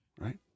Right